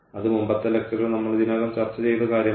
അത് മുമ്പത്തെ ലെക്ച്ചർൽ നമ്മൾ ഇതിനകം ചർച്ചചെയ്ത കാര്യമാണ്